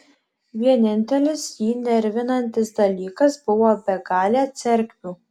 vienintelis jį nervinantis dalykas buvo begalė cerkvių